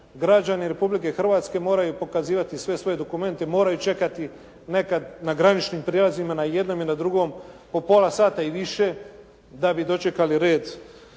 građani Republike Hrvatske moraju pokazivati sve svoje dokumente i moraju čekati nekada na graničnim prijelazima i na jednom i na drugom, po pola sata i više da bi dočekali red